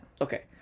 Okay